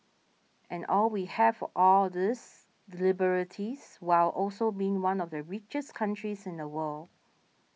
and all we have all of these liberties while also being one of the richest countries in the world